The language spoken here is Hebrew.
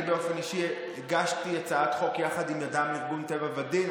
אני באופן אישי הגשתי הצעת חוק יחד עם ארגון אדם טבע ודין,